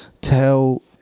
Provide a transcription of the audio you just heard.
tell